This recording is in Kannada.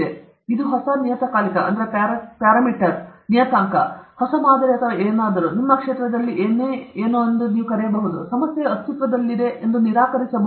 ನಾವು ಇದನ್ನು ಹೊಸ ಪ್ಯಾರಾಮೀಟರ್ ಹೊಸ ಮಾದರಿ ಅಥವಾ ಏನನ್ನಾದರೂ ನಿಮ್ಮ ಕ್ಷೇತ್ರದಲ್ಲಿ ಏನೇ ಎಂದು ಕರೆಯಬಹುದು ಮತ್ತು ಸಮಸ್ಯೆಯು ಅಸ್ತಿತ್ವದಲ್ಲಿದೆ ಎಂದು ನಿರಾಕರಿಸಬಹುದೇ